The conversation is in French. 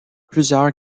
plusieurs